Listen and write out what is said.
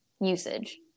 usage